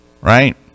right